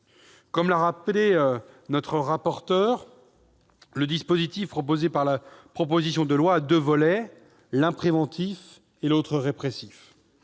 Comme l'a rappelé notre rapporteur, le dispositif figurant dans la proposition de loi a deux volets : l'un préventif, l'autre répressif.